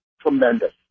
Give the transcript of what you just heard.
tremendous